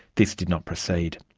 this did not proceed.